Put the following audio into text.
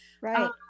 Right